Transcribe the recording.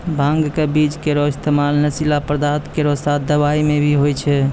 भांग क बीज केरो इस्तेमाल नशीला पदार्थ केरो साथ दवाई म भी होय छै